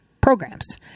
programs